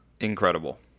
incredible